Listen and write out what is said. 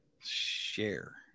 share